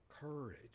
courage